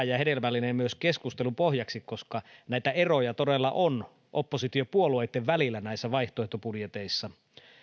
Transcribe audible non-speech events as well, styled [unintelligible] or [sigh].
[unintelligible] ja hedelmällinen tapa myös keskustelun pohjaksi koska näitä eroja todella on oppositiopuolueitten välillä näissä vaihtoehtobudjeteissa